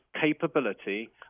capability